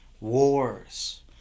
wars